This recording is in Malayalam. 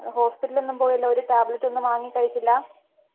അത് ഹോസ്പിറ്റലിൽ ഒന്നും പോയില്ല ഒരു ടാബ്ലെറ്റ് ഒന്നും വാങ്ങി കഴിച്ചില്ല